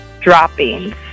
droppings